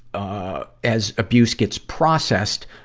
ah, as abuse gets processed,